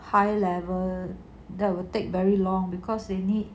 high level that will take very long because they need